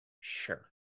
sure